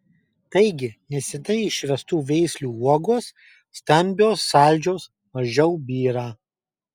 taigi neseniai išvestų veislių uogos stambios saldžios mažiau byra